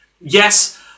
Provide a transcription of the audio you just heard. Yes